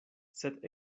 sed